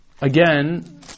again